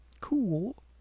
Cool